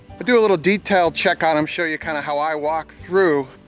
to do a little detailed check on them, show you kind of how i walk through.